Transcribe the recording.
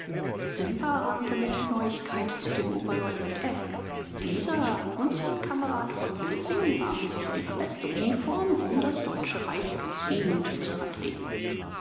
simba rannte mit der neuigkeit zu dem oberleutnant f dieser und sein kamerad von bilsing warfen sich in ihre beste uniform um das deutsche reich geziemend zu vertreten